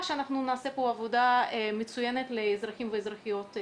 סימן ההיכר למי שמגיע מהשלטון המקומי הוא שהוא לא אומר "אזרחים"